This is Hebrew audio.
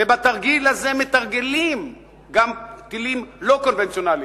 ובתרגיל הזה מתרגלים גם טילים לא קונבנציונליים,